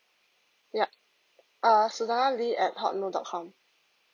yup err suzana lee at hotmail dot com